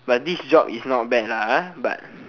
but this job is not bad lah but